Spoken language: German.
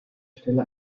stelle